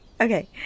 okay